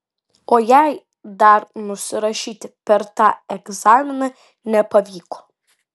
o jei dar nusirašyti per tą egzaminą nepavyko